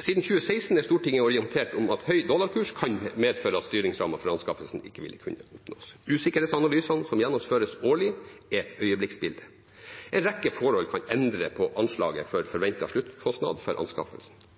Siden 2016 er Stortinget orientert om at høy dollarkurs kan medføre at styringsramma for anskaffelsen ikke vil kunne oppnås. Usikkerhetsanalysene som gjennomføres årlig, er et øyeblikksbilde. En rekke forhold kan endre på anslaget for forventet sluttkostnad for anskaffelsen.